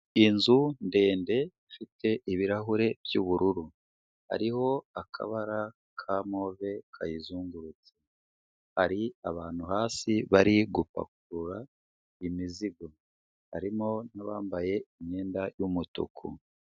Inzu ndende ifite ibirahure by'ubururu, hariho akabara ka move kayizungurutse, hari abantu hasi bari gupakurura imizigo, harimo n'abambaye imyenda y'umutuku.